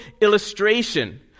illustration